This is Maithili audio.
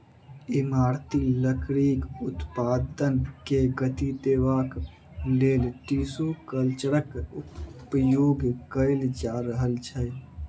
इमारती लकड़ीक उत्पादन के गति देबाक लेल टिसू कल्चरक उपयोग कएल जा रहल छै